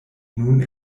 nun